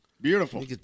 Beautiful